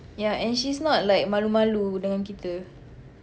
ya and she's not like malu malu dengan kita